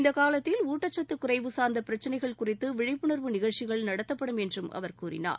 இந்த காலத்தில் ஊட்டச்சத்து குறைவு சார்ந்த பிரச்சினைகள் குறித்து விழிப்புணர்வு நிகழ்ச்சிகள் நடத்தப்படும் என்று அவர் கூறினார்